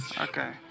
Okay